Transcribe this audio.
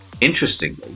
Interestingly